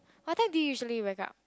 what time do you usually wake up